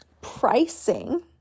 pricing